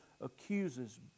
accuses